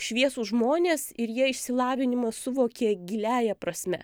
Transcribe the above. šviesūs žmonės ir jie išsilavinimą suvokė giliąja prasme